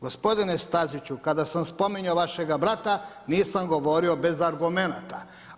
Gospodine Staziću, kada sam spominjao vašega brata, nisam govorio bez argumenata.